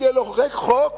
כדי שיהיה חוק